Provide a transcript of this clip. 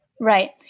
Right